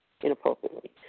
inappropriately